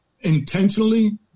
intentionally